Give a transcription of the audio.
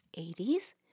80s